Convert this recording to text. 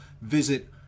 Visit